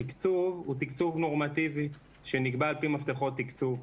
התקצוב הוא תקצוב נורמטיבי שנקבע על פי מפתחות תקצוב.